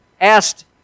asked